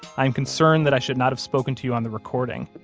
i am concerned that i should not have spoken to you on the recording.